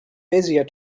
bezier